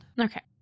okay